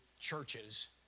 churches